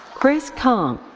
chris kang.